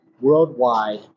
worldwide